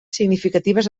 significatives